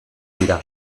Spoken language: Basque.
dira